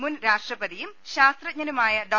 മുൻ രാഷ്ട്രപതിയും ശാസ്ത്ര ജ്ഞനുമായ ഡോ